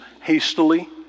hastily